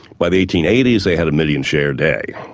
by the eighteen eighty s they had a million share day.